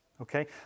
okay